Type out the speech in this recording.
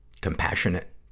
compassionate